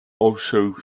also